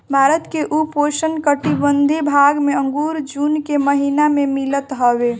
भारत के उपोष्णकटिबंधीय भाग में अंगूर जून के महिना में मिलत हवे